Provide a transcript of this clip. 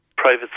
private